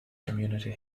community